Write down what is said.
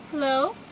hello?